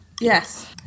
Yes